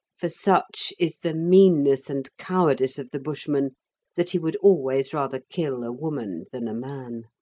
for such is the meanness and cowardice of the bushman that he would always rather kill a woman than a man.